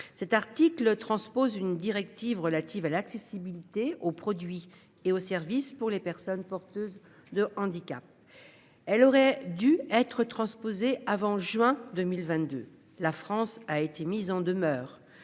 cet article transpose une directive relative à l'accessibilité aux produits et aux services pour les personnes porteuses de handicap. Elle aurait dû être transposée avant juin 2022 la France a été mise en demeure,